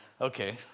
Okay